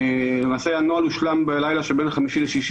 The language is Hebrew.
למעשה הנוהל הושלם בלילה שבין חמישי לשישי